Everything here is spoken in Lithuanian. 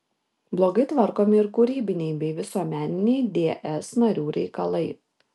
blogai tvarkomi ir kūrybiniai bei visuomeniniai ds narių reikalai